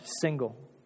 single